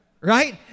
Right